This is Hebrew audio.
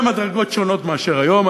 במדרגות שונות מאשר היום.